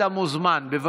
אתה מוזמן לסכם,